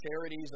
charities